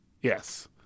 Yes